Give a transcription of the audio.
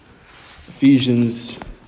Ephesians